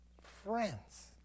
friends